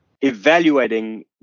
evaluating